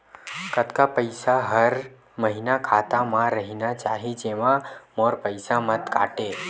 कतका पईसा हर महीना खाता मा रहिना चाही जेमा मोर पईसा मत काटे?